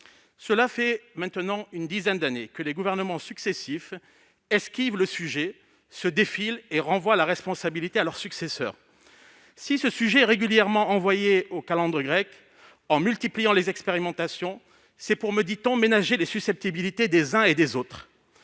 Cela fait désormais une dizaine d'années que les gouvernements successifs esquivent le sujet, « se défilent » et renvoient la responsabilité à leurs successeurs. Si le traitement de ce sujet est régulièrement renvoyé aux calendes grecques et si l'on multiplie les expérimentations, c'est, me dit-on, pour ménager les susceptibilités des uns et des autres.